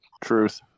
Truth